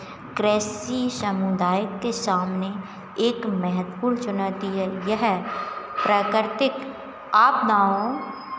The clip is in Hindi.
कृषि समुदाय के सामने एक महत्वपूर्ण चुनौती है यह प्राकृतिक आपदाओं